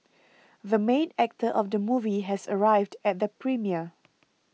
the main actor of the movie has arrived at the premiere